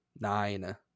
nine